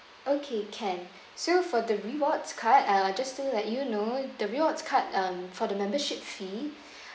okay can so for the rewards card I uh just to let you know the rewards card um for the membership fee